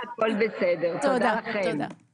שמי